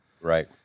Right